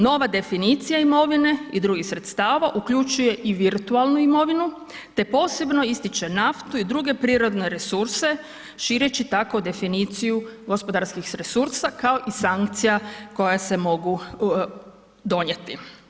Nova definicija imovine i drugih sredstava uključuje i virtualnu imovinu te posebno ističe naftu i druge prirodne resurse šireći tako definiciju gospodarskih resursa kao i sankcija koje se mogu donijeti.